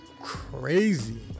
Crazy